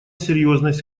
серьезность